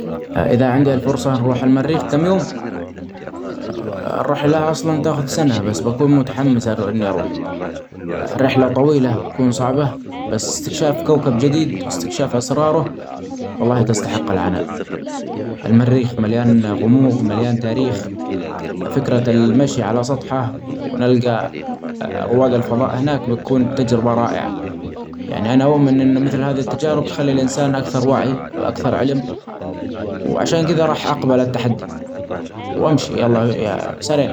إذا عندي فرصة نروح علي المريخ كام يوم ، الرحلة أصلا تاخد سنة بس أكون متحمس إني أروح ، الرحلة طويلة كون صعبة بس الإستكشاف كوكب جديد وإستكشاف أسرارة والله تستحق العناء المريخ مليان غموض مليان تاريخ ، فكرة المشي علي سطحه ونلجي رواد الفظاء هناك بتكون تجربة رائعة يعني أنا أؤمن أن مثل هذه التجارب تخلي الإنسان أكثر وعي أكثر علم ، وعشان كده راح أقبل التحدي وأمشي يلا سلام.